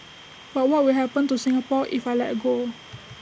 but what will happen to Singapore if I let go